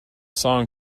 song